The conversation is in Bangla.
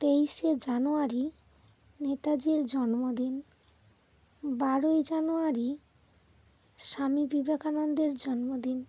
তেইশে জানুয়ারি নেতাজির জন্মদিন বারোই জানুয়ারি স্বামী বিবেকানন্দের জন্মদিন